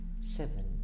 seven